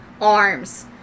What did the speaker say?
arms